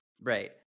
Right